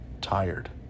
tired